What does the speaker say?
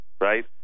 Right